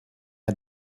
had